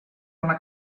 una